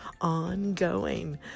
ongoing